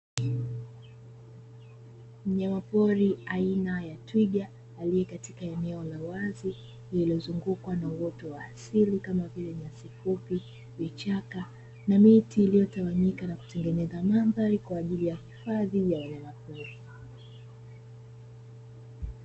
Mnyama pori aina ya twiga, aliyekatika eneo la wazi lililozungukwa na uoto wa asili kama vile nyasi fupi, vichaka, na miti iliyotawanyika na kutengeneza mandhari kwa ajili ya hifadhi ya wanyama pori.